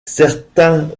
certains